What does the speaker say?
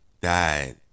died